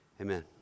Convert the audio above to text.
Amen